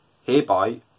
Hereby